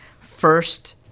first